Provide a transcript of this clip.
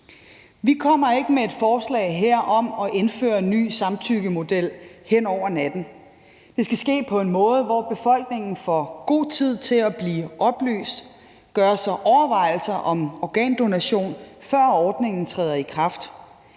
Vi kommer ikke med et forslag her om at indføre en ny samtykkemodel hen over natten. Det skal ske på en måde, hvor befolkningen får god tid til at blive oplyst og gøre sig overvejelser om organdonation, før ordningen træder i kraft.